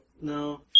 No